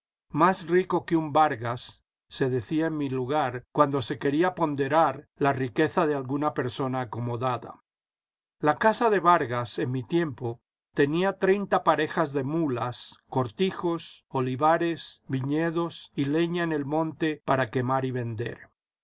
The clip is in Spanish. más rico que un vargas se decía en mi lugar cuando se quería ponderar la riqueza de alguna persona acomodada la casa de vargas en mi tiempo tenía treinta parejas de muías cortijos olivares viñedos y leña en el monte para quemar y vender